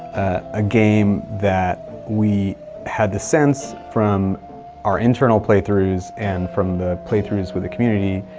a game that we had the sense from our internal playthroughs and from the playthroughs with the community,